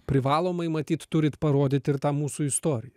privalomai matyt turit parodyti ir tą mūsų istoriją